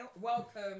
welcome